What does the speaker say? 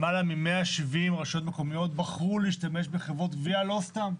למעלה מ-170 רשויות בחרו להשתמש בחברות גבייה לא סתם,